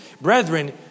Brethren